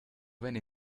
eine